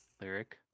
lyric